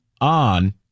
on